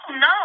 no